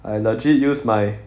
I legit use my